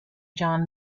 john